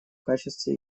качестве